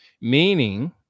meaning